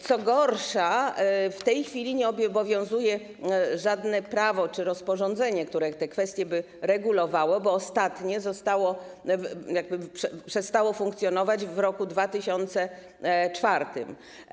Co gorsza, w tej chwili nie obowiązuje żadne prawo czy rozporządzenie, które te kwestie by regulowało, bo ostatnie jakby przestało funkcjonować w roku 2004.